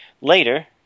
Later